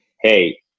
hey